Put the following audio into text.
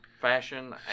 fashion